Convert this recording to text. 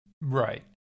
Right